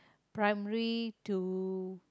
primary to